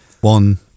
one